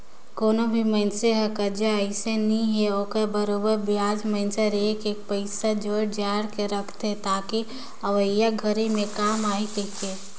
कोनो भी मइनसे हर करजा अइसने नइ हे ओखर बरोबर बियाज मइनसे हर एक एक पइसा जोयड़ जोयड़ के रखथे ताकि अवइया घरी मे काम आही कहीके